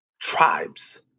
tribes